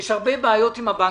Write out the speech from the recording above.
יש הרבה בעיות עם הבנקים.